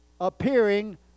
appearing